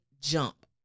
jump